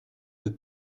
peu